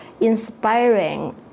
inspiring